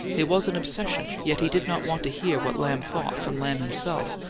it was an obsession, yet he did not want to hear what lamb thought from lamb himself,